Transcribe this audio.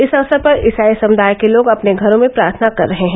इस अवसर पर ईसाई समुदाय के लोग अपने घरों में प्रार्थना कर रहे हैं